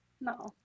No